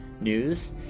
news